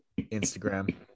Instagram